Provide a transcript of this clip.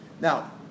now